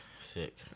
Sick